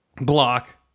Block